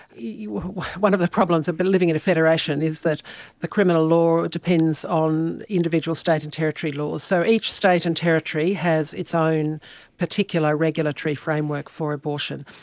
you know one of the problems of but living in a federation is that the criminal law depends on individual state and territory laws. so each state and territory has its own particular regulatory framework for abortion.